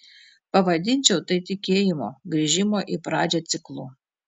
pavadinčiau tai tikėjimo grįžimo į pradžią ciklu